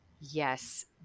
Yes